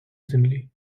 землі